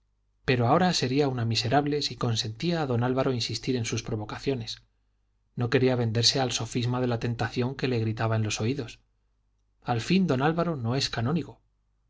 pero ahora sería una miserable si consentía a don álvaro insistir en sus provocaciones no quería venderse al sofisma de la tentación que le gritaba en los oídos al fin don álvaro no es canónigo